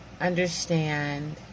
understand